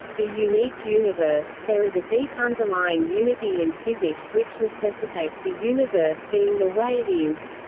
the unique universe there is a deep underlying unity in physics which necessitates the universe being the way it is.